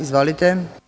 Izvolite.